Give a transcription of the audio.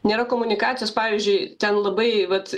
nėra komunikacijos pavyzdžiui ten labai vat